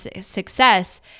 success